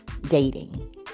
dating